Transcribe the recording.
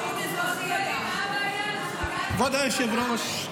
כבוד היושב-ראש,